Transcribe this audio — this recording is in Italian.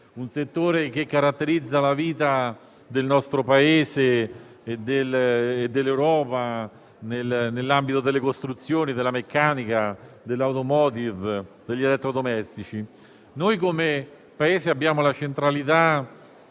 un settore che caratterizza la vita del nostro Paese e dell'Europa nell'ambito delle costruzioni, della meccanica, dell'*automotive*, degli elettrodomestici. Sul nostro territorio riconosciamo la centralità